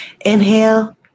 Inhale